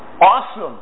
awesome